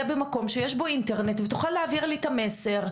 במקום שיש בו אינטרנט ותוכל להעביר לי את המסר,